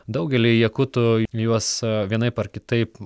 daugeliui jakutų juos vienaip ar kitaip